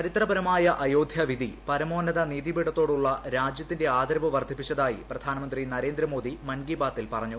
ചരിത്രപരമായ അയോദ്ധ്യ വിധി പരമോന്നത നീതിപിഠത്തോടുള്ള രാജ്യത്തിന്റെ ആദരവ് വർദ്ധിപ്പിച്ചതായി പ്രധാനമന്ത്രി നരേന്ദ്രമോദി മൻകി ബാത്തിൽ പറഞ്ഞു